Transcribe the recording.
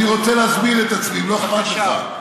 אני רוצה להסביר את עצמי, אם לא אכפת לך.